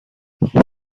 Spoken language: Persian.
خوب